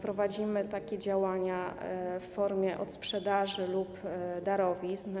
Prowadzimy takie działania w formie odsprzedaży lub darowizny.